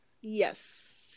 Yes